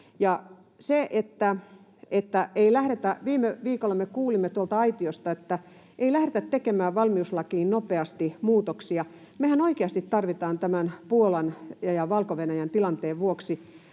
Viime viikolla me kuulimme tuolta aitiosta, että ei lähdetä tekemään valmiuslakiin nopeasti muutoksia. Mehän oikeasti tarvitaan tämän Puolan ja Valko-Venäjän tilanteen vuoksi